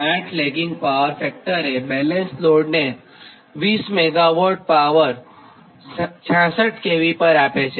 8 lagging power ફેક્ટરે balanced લોડને 20 MW power 66 kV પર આપે છે